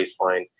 baseline